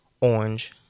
orange